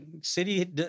City